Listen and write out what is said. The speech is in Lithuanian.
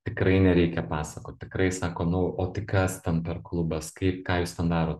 tikrai nereikia pasakot tikrai sako nu o tai kas ten per klubas kaip ką jūs ten darot